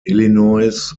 illinois